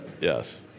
Yes